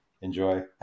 Enjoy